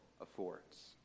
affords